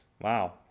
Wow